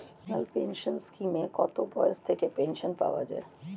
National pension স্কিমে কত বয়স থেকে পেনশন পাওয়া যায়?